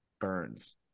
burns